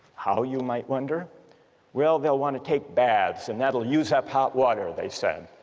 how you might wonder well they'll want to take baths, and that will use up hot water they said